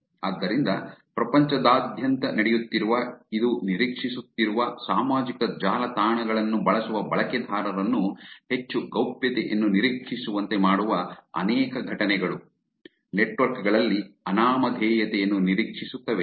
ಆದ್ದರಿಂದ ಪ್ರಪಂಚದಾದ್ಯಂತ ನಡೆಯುತ್ತಿರುವ ಇದು ನಿರೀಕ್ಷಿಸುತ್ತಿರುವ ಸಾಮಾಜಿಕ ಜಾಲತಾಣಗಳನ್ನು ಬಳಸುವ ಬಳಕೆದಾರರನ್ನು ಹೆಚ್ಚು ಗೌಪ್ಯತೆಯನ್ನು ನಿರೀಕ್ಷಿಸುವಂತೆ ಮಾಡುವ ಅನೇಕ ಘಟನೆಗಳು ನೆಟ್ವರ್ಕ್ ಗಳಲ್ಲಿ ಅನಾಮಧೇಯತೆಯನ್ನು ನಿರೀಕ್ಷಿಸುತ್ತವೆ